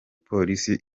polisi